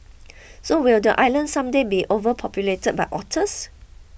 so will the island someday be overpopulated by otters